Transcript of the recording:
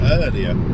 earlier